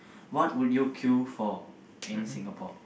what would you queue for in Singapore